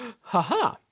haha